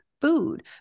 food